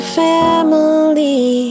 family